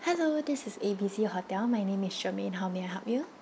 hello this is A B C hotel my name is shermaine how may I help you